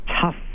tough